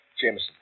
Jameson